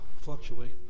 fluctuate